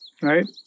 right